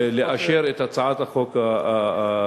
לאשר את הצעת החוק הזאת,